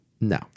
No